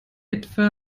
etwa